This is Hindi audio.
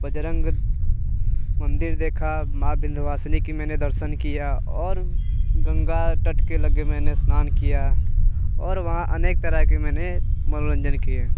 बजरंग मंदिर देखा माँ विन्ध्वसिनी के मैंने दर्शन किया और गंगा तट के लगे मैंने स्नान किया और वहाँ अनेक तरह के मैंने मनोरंजन किये